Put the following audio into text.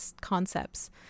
concepts